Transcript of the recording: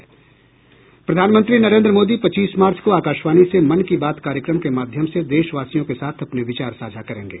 प्रधानमंत्री नरेन्द्र मोदी पच्चीस मार्च को आकाशवाणी से मन की बात कार्यक्रम के माध्यम से देशवासियों के साथ अपने विचार साझा करेंगे